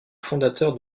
fondateur